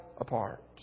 apart